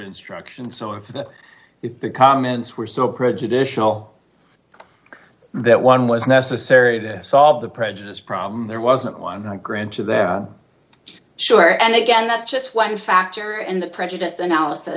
instruction so if the if the comments were so prejudicial that one was necessary to solve the prejudice problem there wasn't one and granted that sure and again that's just one factor in the prejudice analysis